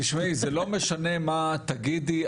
תשמעי, זה לא משנה מה תגידי.